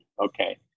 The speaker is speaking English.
Okay